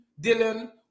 Dylan